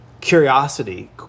curiosity